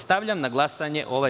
Stavljam na glasanje ovaj